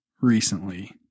recently